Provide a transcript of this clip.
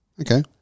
Okay